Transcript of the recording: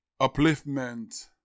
upliftment